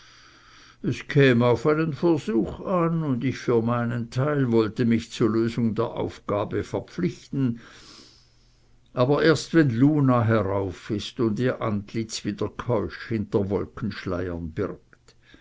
es käm auf einen versuch an und ich für meinen teil wollte mich zu lösung der aufgabe verpflichten aber erst wenn luna herauf ist und ihr antlitz wieder keusch hinter wolkenschleiern birgt